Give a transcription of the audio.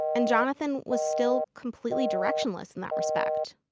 and jonathan was still completely directionless in that respect.